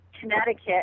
Connecticut